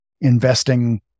investing